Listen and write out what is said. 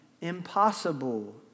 impossible